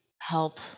help